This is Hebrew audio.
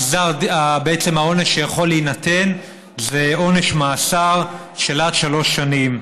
בעצם העונש שיכול להינתן זה עונש מאסר של עד שלוש שנים.